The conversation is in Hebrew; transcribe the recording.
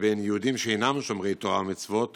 לבין יהודים שאינם שומרי תורה ומצוות